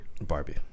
Barbie